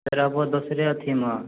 रहबो दोसरे अथीमे